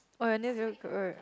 !wah! your nails looks good